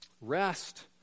Rest